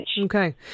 Okay